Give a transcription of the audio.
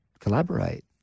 collaborate